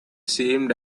seemed